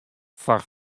foar